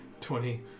twenty